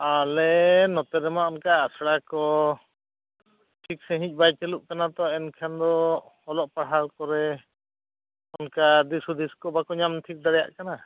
ᱟᱞᱮ ᱱᱚᱛᱮ ᱨᱮᱢᱟ ᱚᱱᱠᱟ ᱟᱥᱲᱟ ᱠᱚ ᱴᱷᱤᱠ ᱥᱟᱺᱦᱤᱡ ᱵᱟᱭ ᱪᱟᱞᱩᱜ ᱠᱟᱱᱟ ᱛᱚ ᱮᱱᱠᱷᱟᱱ ᱫᱚ ᱚᱞᱚᱜ ᱯᱟᱲᱦᱟᱣ ᱠᱚᱨᱮ ᱚᱱᱠᱟ ᱫᱤᱥ ᱦᱩᱫᱤᱥ ᱠᱚ ᱵᱟᱠᱚ ᱧᱟᱢ ᱴᱷᱤᱠ ᱫᱟᱲᱮᱭᱟᱜ ᱠᱟᱱᱟ